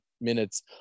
minutes